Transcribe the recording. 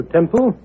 Temple